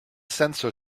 sensor